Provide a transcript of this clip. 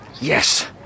yes